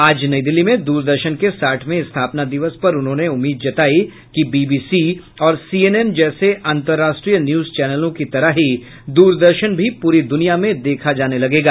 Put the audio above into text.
आज नई दिल्ली में द्रदर्शन के साठवें स्थापना दिवस पर उन्होंने उम्मीद जताई कि बी बी सी और सी एन एन जैसे अंतर्राष्ट्रीय न्यूज चैनलों की तरह ही दूरदर्शन भी पूरी दुनिया में देखा जाने लगेगा